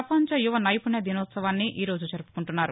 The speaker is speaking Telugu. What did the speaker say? పపంచ యువ నైపుణ్య దినోత్సవాన్ని ఈ రోజు జరుపుకుంటున్నారు